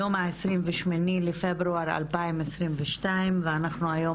היום ה-28 בפברואר 2022 ואנחנו היום